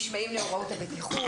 נשמעים להוראות הבטיחות,